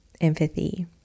empathy